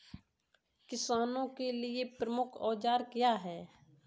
किसानों के लिए प्रमुख औजार क्या हैं?